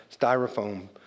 styrofoam